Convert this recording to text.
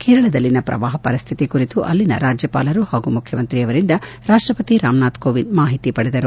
ಕೇರಳದಲ್ಲಿನ ಶ್ರವಾಹ ಪರಿಸ್ನಿತಿ ಕುರಿತು ಅಲ್ಲಿನ ರಾಜ್ಲಪಾಲರು ಹಾಗೂ ಮುಖ್ಲಮಂತ್ರಿಯವರಿಂದ ರಾಷ್ಲಪತಿ ರಾಮನಾಥ್ ಕೋವಿಂದ್ ಮಾಹಿತಿ ಪಡೆದರು